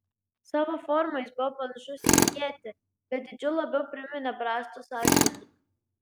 savo forma jis buvo panašus į ietį bet dydžiu labiau priminė brastos akmenį